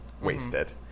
wasted